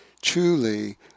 truly